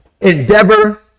Endeavor